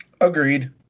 Agreed